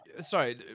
sorry